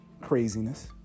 craziness